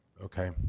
okay